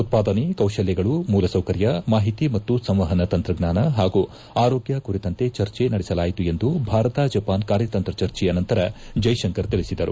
ಉತ್ಪಾದನೆ ಕೌಶಲ್ತಗಳು ಮೂಲಸೌಕರ್ಯ ಮಾಹಿತಿ ಮತ್ತು ಸಂವಪನ ತಂತ್ರಜ್ಞಾನ ಪಾಗೂ ಆರೋಗ್ತ ಕುರಿತಂತೆ ಚರ್ಚೆ ನಡೆಸಲಾಯಿತು ಎಂದು ಭಾರತ ಜಪಾನ್ ಕಾರ್ಯತಂತ್ರ ಚರ್ಚಿಯ ನಂತರ ಜೈಶಂಕರ್ ತಿಳಿಸಿದರು